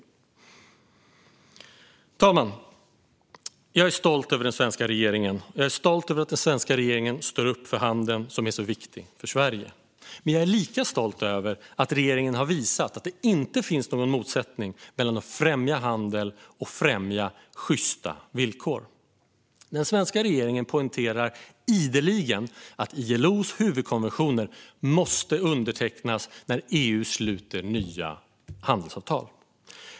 Herr talman! Jag är stolt över den svenska regeringen. Jag är stolt över att den svenska regeringen står upp för handeln, som är så viktig för Sverige. Men jag är lika stolt över att regeringen har visat att det inte finns någon motsättning mellan att främja handel och att främja sjysta villkor. Den svenska regeringen poängterar ideligen att ILO:s huvudkonventioner måste undertecknas när EU sluter nya handelsavtal.